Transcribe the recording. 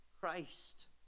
Christ